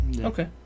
Okay